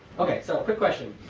ok, so a quick question.